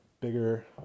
bigger